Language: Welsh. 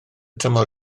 tymor